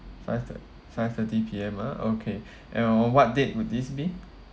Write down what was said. five thir~ five thirty P_M ah okay and on what date would this be